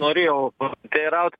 norėjau pasiteiraut